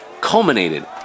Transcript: culminated